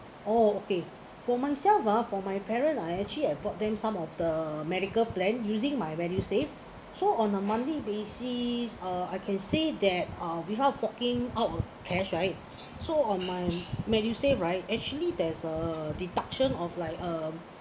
oh okay for myself ah for my parents I actually have bought them some of the medical plan using my MediSave so on a monthly basis uh I can say that uh without forking out of cash right so on MediSave right actually there's a deduction of like um